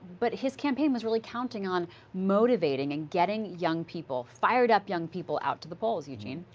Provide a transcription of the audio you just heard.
but his campaign was really counting on motivating, and getting young people fired up young people out to the polls, eugene.